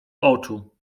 oczu